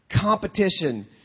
competition